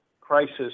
crisis